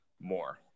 more